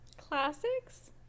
classics